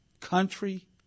country